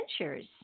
adventures